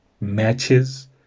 matches